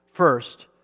First